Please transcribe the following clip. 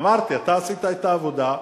אמרתי: אתה עשית את העבודה,